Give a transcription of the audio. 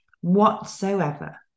whatsoever